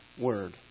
word